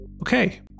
Okay